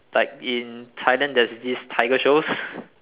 like in Thailand there's this tiger shows